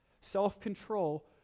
self-control